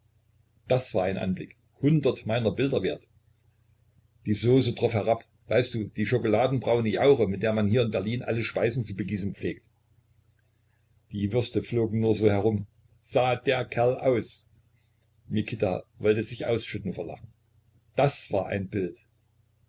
das war ein anblick hundert meiner bilder wert die sauce troff herab weißt du die schokoladenbraune jauche mit der man hier in berlin alle speisen zu begießen pflegt die würste flogen nur so herum sah der kerl aus mikita wollte sich ausschütten vor lachen das war ein bild